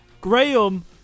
Graham